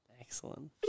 Excellent